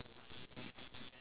six